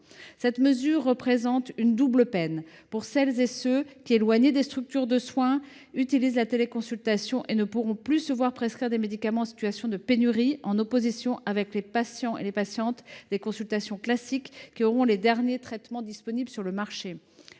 La mesure proposée constitue une double peine pour celles et ceux qui, éloignés des structures de soins, ont recours à la téléconsultation et ne pourront plus se voir prescrire des médicaments en situation de pénurie, à la différence des patients et patientes des consultations classiques, qui auront accès aux derniers traitements disponibles sur le marché.